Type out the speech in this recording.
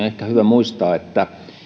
ehkä hyvä muistaa että